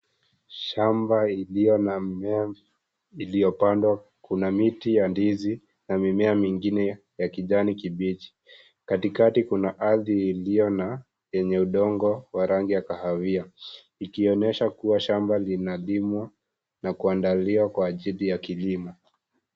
Shamba iliyo na mimea iliyopandwa kuna miti ya ndizi na mimea mingine ya kijani kibichi , katikati kuna ardhi ikiyo na yenye udongo wa rangi ya kahawia ikionyesha kuwa shamba linalimwa na kuandaliwa kwa ajili ya kilimo.